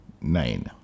nine